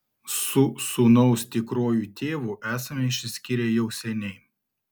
su sūnaus tikruoju tėvu esame išsiskyrę jau seniai